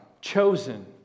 chosen